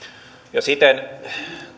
siten